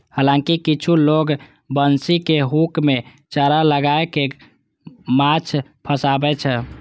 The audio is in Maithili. हालांकि किछु लोग बंशीक हुक मे चारा लगाय कें माछ फंसाबै छै